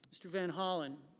mr. van hollen.